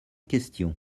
questions